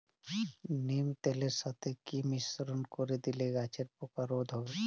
নিম তেলের সাথে কি মিশ্রণ করে দিলে গাছের পোকা রোধ হবে?